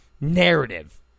narrative